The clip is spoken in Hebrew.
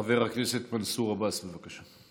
חבר הכנסת מנסור עבאס, בבקשה.